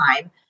time